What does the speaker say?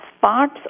parts